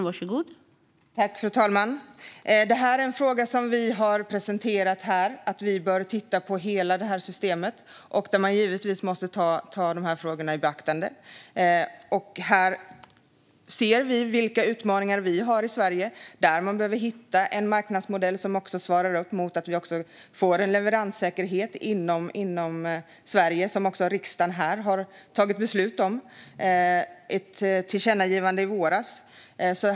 Fru talman! Detta är en fråga som vi har presenterat här. Vi bör titta på hela systemet, och man måste givetvis ta dessa frågor i beaktande. Vi ser vilka utmaningar vi har i Sverige. Man behöver hitta en marknadsmodell som svarar upp mot att vi får en leveranssäkerhet inom landet, vilket riksdagen har fattat beslut om efter ett tillkännagivande i våras.